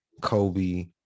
Kobe